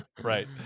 right